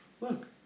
Look